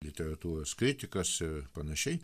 literatūros kritikas ir panašiai